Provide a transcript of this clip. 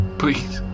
please